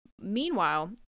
Meanwhile